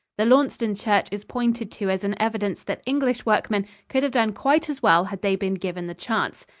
the launceston church is pointed to as an evidence that english workmen could have done quite as well had they been given the chance.